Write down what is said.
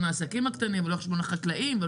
העסקים הקטנים ולא על חשבון החקלאים.